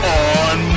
on